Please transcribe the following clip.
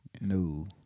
No